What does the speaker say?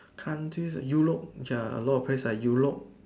country Europe ya a lot of place like Europe